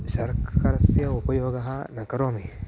शर्करायाः उपयोगं न करोमि